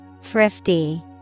Thrifty